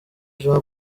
jean